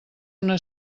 una